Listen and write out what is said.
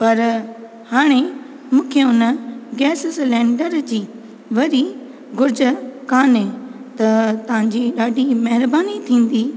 पर हाणे मूंखे उन गैस सिलैंडर जी वरी घुरिजु काने त तव्हां जी ॾाढी महिरबानी थींदी